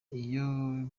iyo